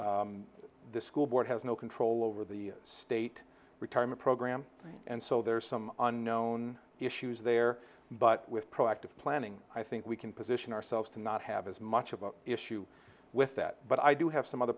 the school board has no control over the state retirement program and so there's some unknown issues there but with proactive planning i think we can position ourselves to not have as much of an issue with that but i do have some other